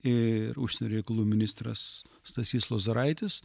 ir užsienio reikalų ministras stasys lozoraitis